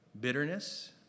bitterness